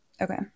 Okay